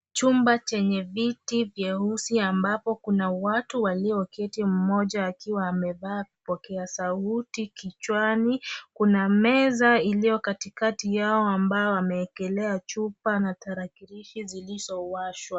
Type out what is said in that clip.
Chumba chenye viti vyeusi ambapo kuna watu walioketi, mmoja akiwa amevaa vipokea sauti kichwani. Kuna meza iliyo katikati yao ambao wameekelea chupa na tarakilishi zilizowashwa.